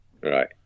Right